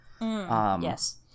Yes